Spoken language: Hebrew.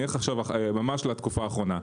אלך לתקופה האחרונה.